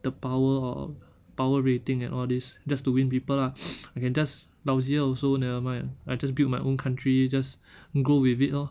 the power or power rating and all this just to win people lah I can just lousier also never mind I just build my own country just grow with it lor